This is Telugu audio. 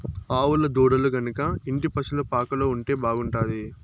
ఆవుల దూడలు గనక ఇంటి పశుల పాకలో ఉంటే బాగుంటాది